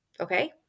Okay